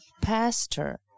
pastor